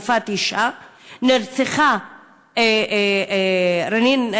נרצחה רנין,